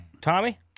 Tommy